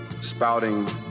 spouting